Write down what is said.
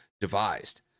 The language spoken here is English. devised